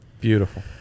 Beautiful